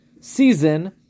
season